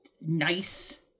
nice